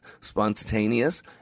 spontaneous